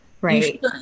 Right